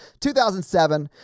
2007